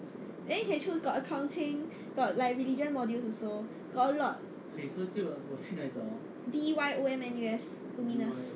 then you can choose got accounting got like religion modules also got a lot D_Y_O_M N_U_S